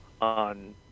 on